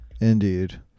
indeed